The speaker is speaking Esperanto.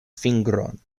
fingron